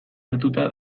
hartuta